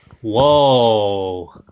Whoa